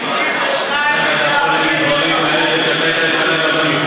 22 מיליארד שקל, איך?